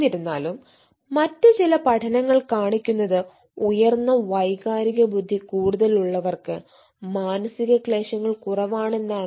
എന്നിരുന്നാലും മറ്റ് ചില പഠനങ്ങൾ കാണിക്കുന്നത് ഉയർന്ന വൈകാരിക ബുദ്ധികൂടുതൽ ഉള്ളവർക്ക് മാനസിക ക്ലേശങ്ങൾ കുറവാണു എന്നാണ്